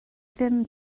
ddim